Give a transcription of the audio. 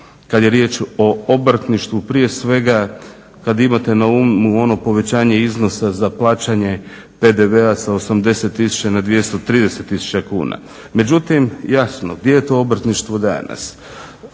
kad je riječ o obrtništvu, prije svega kad imate na umu ono povećanje iznosa za plaćanje PDV-a sa 80 tisuća na 230 tisuća kuna. Međutim, jasno gdje je to obrtništvo danas?